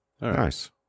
nice